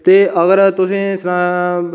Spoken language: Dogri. ते अगर तुसें ई सनां